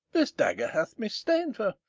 this dagger hath mista'en for,